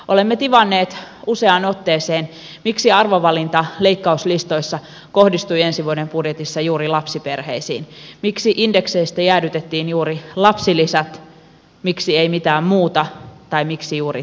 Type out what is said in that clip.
olemme tivanneet useaan otteeseen miksi arvovalinta leikkauslistoissa kohdistui ensi vuoden budjetissa juuri lapsiperheisiin miksi indekseistä jäädytettiin juuri lapsilisät miksi ei mitään muuta tai miksi juuri tämä